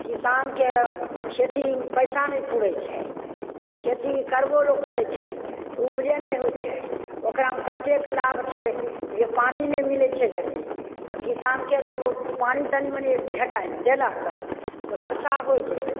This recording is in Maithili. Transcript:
किसानके खेतीमे पइसा नहि पुरै छै तब खेती करबो लोक करै छै तऽ उपजे नहि होइ छै ओकरामे कतेक लाभ छै जे पानी नहि मिलै छै जल्दी आओर किसानके जब ओ पानी तनि मनि भेटल देलक तऽ वर्षा होइ गेल